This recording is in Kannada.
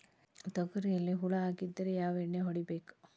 ತೊಗರಿಯಲ್ಲಿ ಹುಳ ಆಗಿದ್ದರೆ ಯಾವ ಎಣ್ಣೆ ಹೊಡಿಬೇಕು?